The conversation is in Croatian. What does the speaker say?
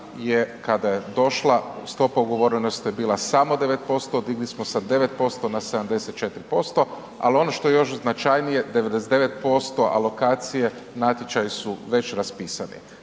je kada je došla stopa ugovorenosti je bila samo 9%, digli smo sa 9% na 74%, al ono što je još značajnije 99% alokacije natječaji su već raspisani,